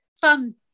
fun